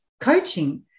coaching